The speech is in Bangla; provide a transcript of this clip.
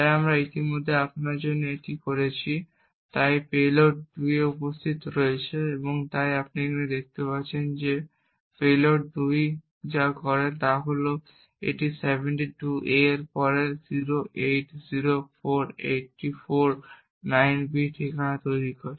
তাই আমরা ইতিমধ্যেই আপনার জন্য এটি করেছি তাই এটি পেলোড 2 এ উপস্থিত রয়েছে তাই আপনি এখানে দেখতে পাচ্ছেন যে পেলোড 2 যা করে তা হল এটি 72 A এর পরে 0804849B ঠিকানা তৈরি করে